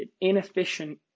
inefficient